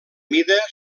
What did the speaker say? mida